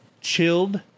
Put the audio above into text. Chilled